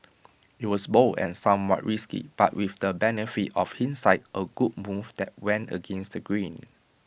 IT was bold and somewhat risky but with the benefit of hindsight A good move that went against the grain